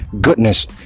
goodness